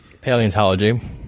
Paleontology